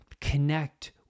connect